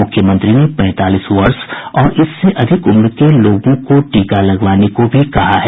मुख्यमंत्री ने पैंतालीस वर्ष और इससे अधिक उम्र के लोगों को टीका लगवाने को भी कहा है